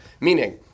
Meaning